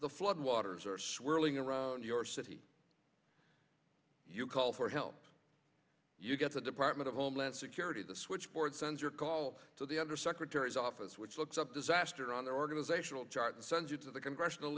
the floodwaters are swirling around new york city you call for help you get the department of homeland security the switchboard sends your call to the under secretaries office which looks up disaster on the organizational chart and sends you to the congressional